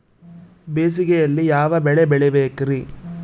ಬೇಸಿಗೆಯಲ್ಲಿ ಯಾವ ಬೆಳೆ ಬೆಳಿಬೇಕ್ರಿ?